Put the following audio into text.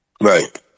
Right